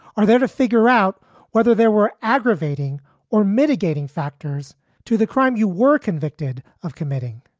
are there to figure out whether there were aggravating or mitigating factors to the crime you were convicted of committing.